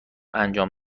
انجام